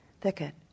thicket